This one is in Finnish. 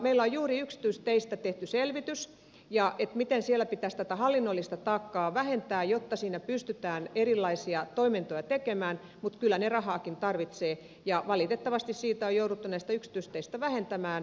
meillä on juuri yksityisteistä tehty selvitys miten siellä pitäisi hallinnollista taakkaa vähentää jotta sinne pystytään erilaisia toimintoja tekemään mutta kyllä ne rahaakin tarvitsevat ja valitettavasti on jouduttu näistä yksityisteistä vähentämään